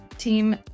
Team